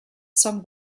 song